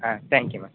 ah thank you ma'am